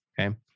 okay